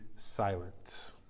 silent